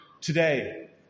Today